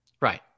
Right